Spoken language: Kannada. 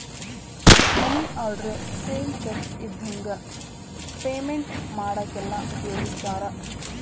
ಮನಿ ಆರ್ಡರ್ ಸೇಮ್ ಚೆಕ್ ಇದ್ದಂಗೆ ಪೇಮೆಂಟ್ ಮಾಡಾಕೆಲ್ಲ ಉಪಯೋಗಿಸ್ತಾರ